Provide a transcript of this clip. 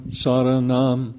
saranam